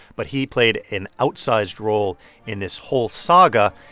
but he played an outsized role in this whole saga.